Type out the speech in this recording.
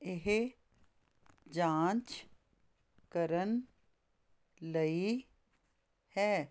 ਇਹ ਜਾਂਚ ਕਰਨ ਲਈ ਹੈ